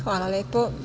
Hvala lepo.